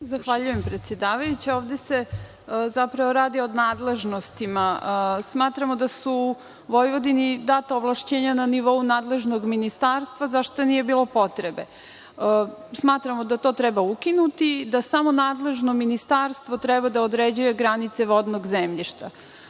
Zahvaljujem, predsedavajuća. Ovde se zapravo radi o nadležnostima. Smatramo da su Vojvodini data ovlašćenja na nivou nadležnog ministarstva, za šta nije bilo potrebe. Smatramo da to treba ukinuti, da samo nadležno ministarstvo treba da određuje granice vodnog zemljišta. Reč